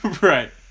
right